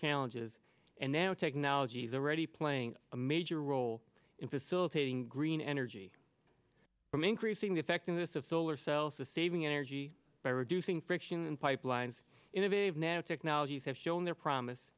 challenges and now technology is already playing a major role in facilitating green energy from increasing the effectiveness of solar cells to saving energy by reducing friction and pipelines innovative nanotechnologies have shown their promise